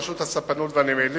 רשות הספנות והנמלים,